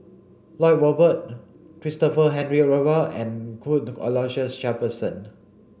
Lloyd Valberg Christopher Henry Rothwell and Cuthbert Aloysius Shepherdson